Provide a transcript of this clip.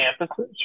campuses